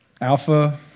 Alpha